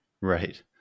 Right